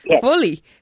fully